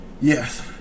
Yes